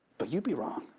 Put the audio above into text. but you'd be wrong.